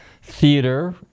theater